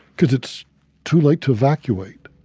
because it's too late to evacuate.